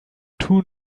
two